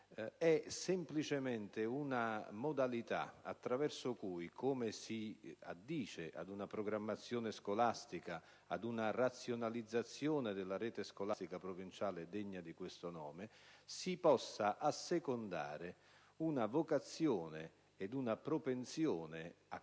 è semplicemente una modalità attraverso cui, come si addice ad una programmazione scolastica e ad una razionalizzazione della rete scolastica provinciale degne di questo nome, si possono assecondare una vocazione e una propensione a